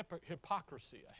hypocrisy